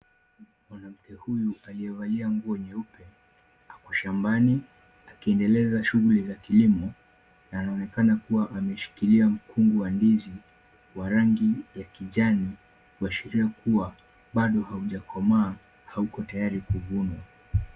Mwanamke huyu aliyevalia nguo nyeupe. Ako shambani, akiendeleza shughuli za kilimo na anaonekana kuwa ameshikilia mkungu wa ndizi wa rangi ya kijani, kuashiria kuwa bado haujakomaa, hauko tayari kuvunwa.